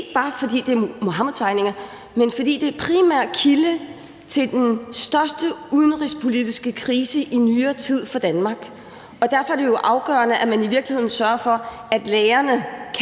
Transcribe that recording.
ikke bare fordi det er Muhammedtegninger, men fordi det er en primær kilde til den største udenrigspolitiske krise i nyere tid for Danmark, og derfor er det jo afgørende, at man i virkeligheden sørger for, at lærerne